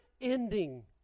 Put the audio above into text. ending